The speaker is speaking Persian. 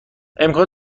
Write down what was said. امکان